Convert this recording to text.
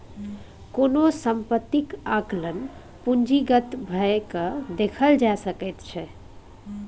कोनो सम्पत्तीक आंकलन पूंजीगते भए कय देखल जा सकैत छै